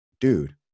dude